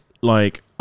like-